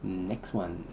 next one